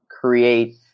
create